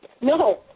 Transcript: No